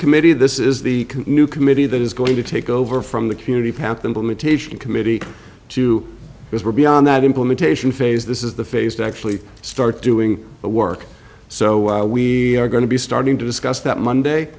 committee this is the new committee that is going to take over from the community pact implementation committee to because we're beyond that implementation phase this is the phase to actually start doing the work so we are going to be starting to discuss that monday